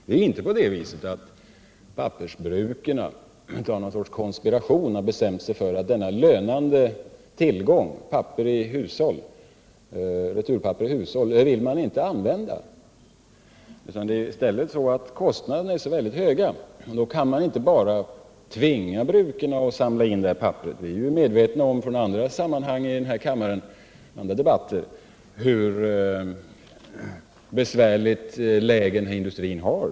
Det är inte på det viset att pappersbruken av någon sorts konspirationslust har bestämt sig för att inte vilja använda denna lönande tillgång, returpapper i hushåll, utan det är i stället så att kostnaderna för insamlingsverksamheten är väldigt höga, och då kan man naturligtvis inte tvinga pappersbruken att samla in det papperet. Vi är ju i den här kammaren från debatter i andra sammanhang väl medvetna om hur besvärligt läge industrin har.